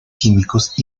químicos